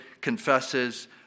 confesses